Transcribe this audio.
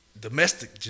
domestic